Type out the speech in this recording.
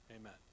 Amen